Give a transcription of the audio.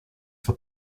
for